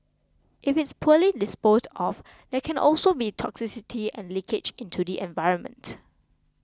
if it's poorly disposed of there can also be toxicity and leakage into the environment